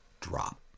drop